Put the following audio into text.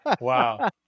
Wow